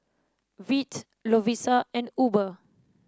Veet Lovisa and Uber